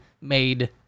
made